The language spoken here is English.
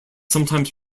sometimes